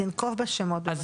תנקוב בשמות.